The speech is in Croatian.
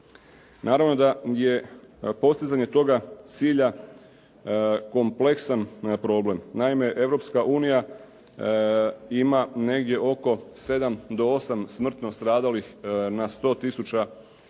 Naravno da je postizanje toga cilja kompleksan problem. Naime, Europske unija ima negdje oko 7 do 8 smrtno stradalih na 100 tisuća